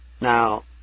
Now